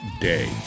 day